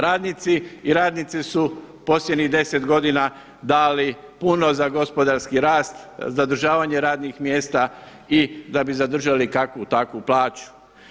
Radnici i radnice su posljednjih 10 godina dali puno za gospodarski rast, zadržavanje radnih mjesta i da bi zadržali kakvu takvu plaću.